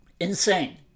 insane